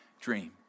dream